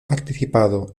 participado